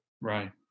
Right